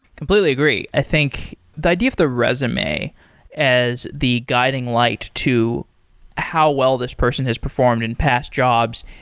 completely agree. i think the idea of the resume as the guiding light to how well this person has performed in past jobs,